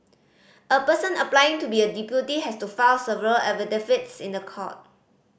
a person applying to be a deputy has to file several affidavits in a court